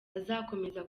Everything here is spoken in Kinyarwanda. azakomeza